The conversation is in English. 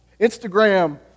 Instagram